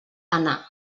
anar